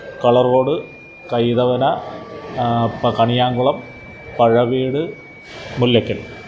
കളറ്കോഡ് കൈതവന പ്പ കണിയാങ്കുളം പഴവീട് മുല്ലയ്ക്കല്